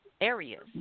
areas